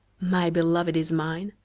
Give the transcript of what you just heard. my beloved is mine,